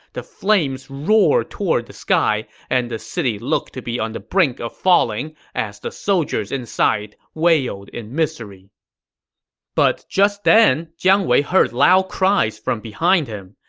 the flames roared toward the sky, and the city looked to be on the brink of falling, as the soldiers inside wailed in misery but just then, jiang wei heard loud cries from behind him.